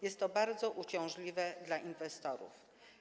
Jest to bardzo uciążliwe dla inwestorów.